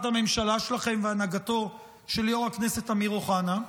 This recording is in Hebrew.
הממשלה שלכם והנהגתו של יו"ר הכנסת אמיר אוחנה.